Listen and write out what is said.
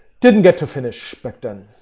didn't get to finish back then.